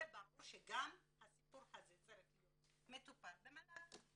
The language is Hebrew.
ברור שגם הסיפור הזה צריך להיות מטופל במל"ג.